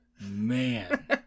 Man